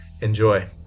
Enjoy